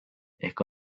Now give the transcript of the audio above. ehk